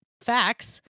facts